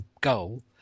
goal